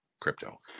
crypto